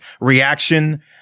reaction